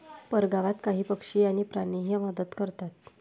परगावात काही पक्षी आणि प्राणीही मदत करतात